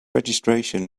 registration